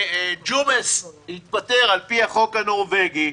ג'ומס התפטר על פי החוק הנורווגי,